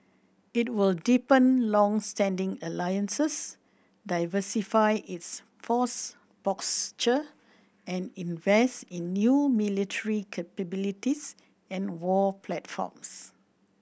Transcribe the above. it will deepen longstanding alliances diversify its force posture and invest in new military capabilities and war platforms